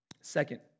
Second